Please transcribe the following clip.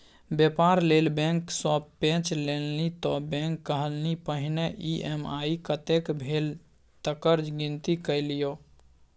बेपार लेल बैंक सँ पैंच लेलनि त बैंक कहलनि पहिने ई.एम.आई कतेक भेल तकर गिनती कए लियौ